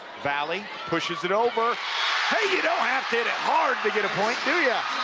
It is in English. valley pushes it over hey, you don't have to hit it hard to get a point, do yeah